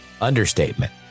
understatement